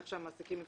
איך שהמעסיקים יבחרו,